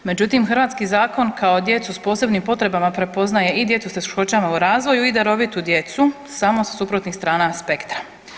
Međutim, hrvatski zakon kao djecu sa posebnim potrebama prepoznaje i djecu sa teškoćama u razvoju i darovitu djecu samo sa suprotnih strana aspekta.